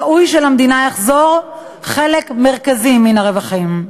ראוי שלמדינה יחזור חלק מרכזי מן הרווחים.